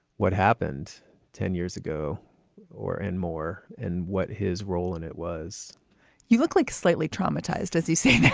what happened ten years ago or and more. and what his role in it was you look like slightly traumatized as he sees